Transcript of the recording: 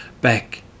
back